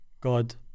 God